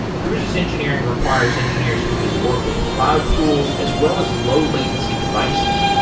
cruise's engineering requires engineers who can work with cloud tools, as well as low-latency devices.